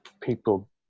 people